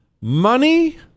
money